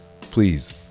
please